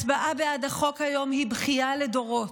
הצבעה בעד החוק היום היא בכייה לדורות,